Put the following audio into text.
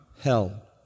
hell